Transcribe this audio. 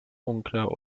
unklar